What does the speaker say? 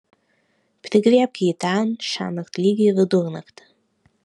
prigriebk jį ten šiąnakt lygiai vidurnaktį